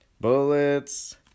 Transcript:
bullets